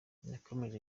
yakomeje